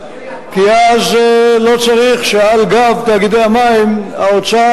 כי אז לא צריך שעל גב תאגידי המים האוצר